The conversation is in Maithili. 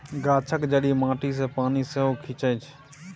गाछक जड़ि माटी सँ पानि सेहो खीचई छै